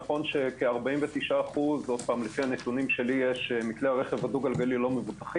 נכון שכ-49% - לפי הנתונים שלי יש מכלי רכב לא מבוטחים